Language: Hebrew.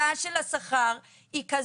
אנחנו מדברים המון על עבודה מהבית,